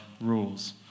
rules